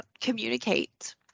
communicate